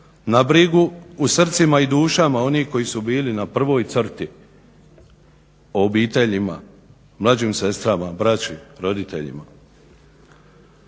na brigu u srcima i dušama onih koji su bili na prvoj crti, o obiteljima, mlađim sestrama, braći, roditeljima.